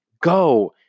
go